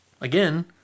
again